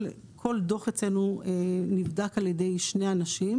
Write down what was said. כל דו"ח אצלנו נבדק על ידי שני אנשים